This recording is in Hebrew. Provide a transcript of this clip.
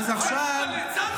תמשיכו, אני אמשיך להגיד.